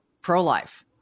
pro-life